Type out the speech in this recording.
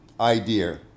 idea